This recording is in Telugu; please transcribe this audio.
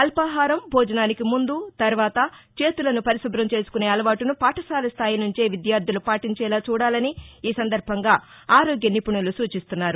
అల్పాహారం భోజనానికి ముందు తర్వాత చేతులను పరిశుభం చేసుకునే అలవాటును పాఠశాల స్థాయినుంచే విద్యార్లు పాటించేలా చూడాలని ఈ సందర్బంగా ఆరోగ్యనిపుణులు నూచిస్తున్నారు